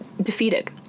defeated